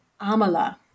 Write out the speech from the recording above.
Amala